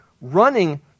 running